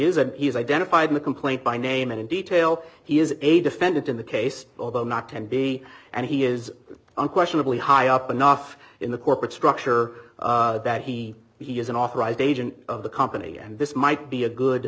is and he's identified in the complaint by name and in detail he is a defendant in the case although not ten b and he is unquestionably high up enough in the corporate structure that he he is an authorized agent of the company and this might be a good